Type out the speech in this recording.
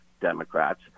Democrats